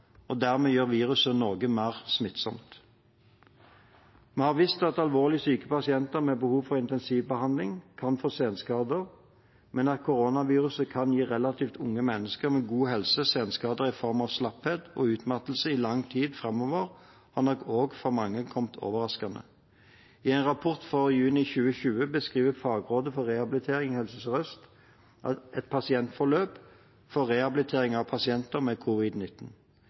og dermed gjøre viruset noe mer smittsomt. Vi har visst at alvorlig syke pasienter med behov for intensivbehandling kan få senskader, men at koronaviruset kan gi relativt unge mennesker med god helse senskader i form av slapphet og utmattelse i lang tid framover, har nok også kommet overraskende på mange. I en rapport fra juni 2020 beskriver fagrådet for rehabilitering i Helse Sør-Øst et pasientforløp for rehabilitering av pasienter med